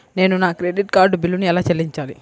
నేను నా credit card బిల్లును ఎలా చెల్లించాలీ?